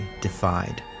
defied